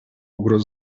угроза